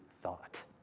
thought